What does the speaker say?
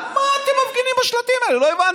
על מה אתם מפגינים בשלטים האלה, לא הבנתי.